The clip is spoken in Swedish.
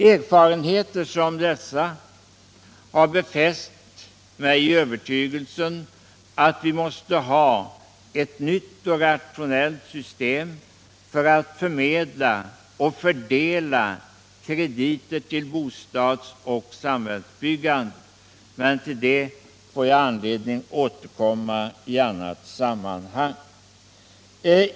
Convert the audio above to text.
Erfarenheter som dessa har befäst mig i övertygelsen att vi måste ha ett nytt och rationellt system för att förmedla och fördela krediter till bostadsoch samhällsbyggandet, men till det får jag anledning återkomma i annat sammanhang.